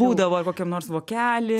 būdavo kokiam nors vokely